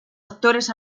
actores